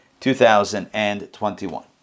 2021